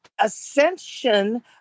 ascension